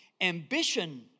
ambition